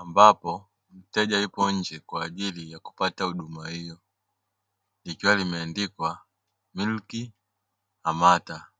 ambapo mteja yupo nje kwa ajili ya kupata huduma hii likiwa limeandikwa "miliki amata".